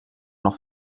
noch